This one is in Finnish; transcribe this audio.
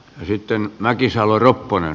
ja sitten mäkisalo ropponen